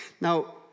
Now